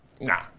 nah